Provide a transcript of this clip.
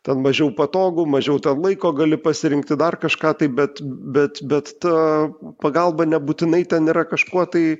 ten mažiau patogu mažiau laiko gali pasirinkti dar kažką tai bet bet bet ta pagalba nebūtinai ten yra kažkuo tai